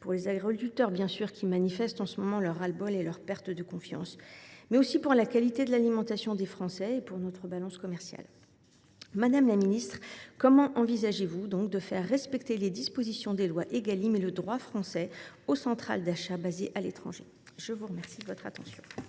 pour les agriculteurs qui manifestent en ce moment leur ras le bol et expriment leur perte de confiance, ou encore pour la qualité de l’alimentation des Français et pour notre balance commerciale. Madame la ministre, comment envisagez vous de faire respecter les dispositions des lois Égalim et le droit français par les centrales d’achat basées à l’étranger ? La parole est à Mme